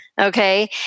Okay